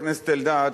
חבר הכנסת אלדד,